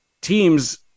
teams